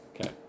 Okay